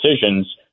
decisions